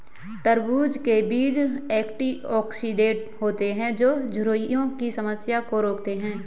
तरबूज़ के बीज एंटीऑक्सीडेंट होते है जो झुर्रियों की समस्या को रोकते है